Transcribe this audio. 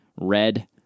red